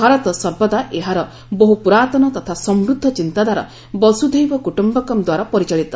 ଭାରତ ସର୍ବଦା ଏହାର ବହୁ ପୁରାତନ ତଥା ସମୃଦ୍ଧ ଚିନ୍ତାଧାରା 'ବସୁଧୈବ କୁଟୁମ୍ଭକମ୍' ଦ୍ୱାରା ପରିଚାଳିତ